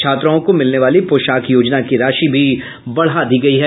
छात्राओं को मिलने वाली पोशाक योजना की राशि भी बढ़ा दी गयी है